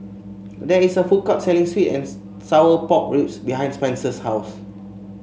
there is a food court selling sweet and Sour Pork Ribs behind Spenser's house